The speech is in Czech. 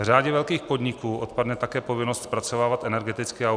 Řadě velkých podniků odpadne také povinnost zpracovávat energetický audit.